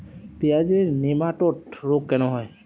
পেঁয়াজের নেমাটোড রোগ কেন হয়?